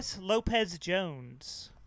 Lopez-Jones